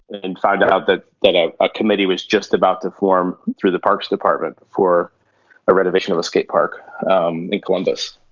and found out that that ah a committee was just about to form through the parks department for a renovation of a skatepark in columbus.